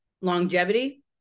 longevity